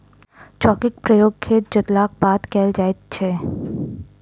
चौकीक प्रयोग खेत जोतलाक बाद कयल जाइत छै